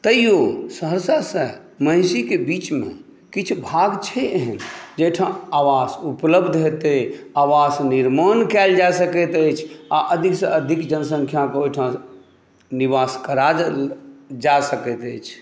तयौ सहरसासँ महिषीके बीचमे किछु भाग छै एहन जाहि ठाँ आवास उपलब्ध हेतै आवास निर्माण कएल जा सकैत अछि आ अधिक से अधिक जनसंख्याके ओहि ठाँ निवास करा देल जा सकैत अइछ